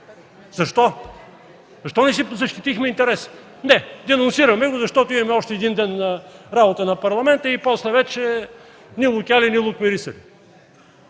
това. Защо не си защитихме интереса?! Не, денонсираме го, защото имаме още един ден работа на Парламента и после нито лук яли, нито лук мирисали.